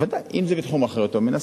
ודאי, אם זה בתחום אחריותו, מן הסתם.